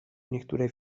niektóre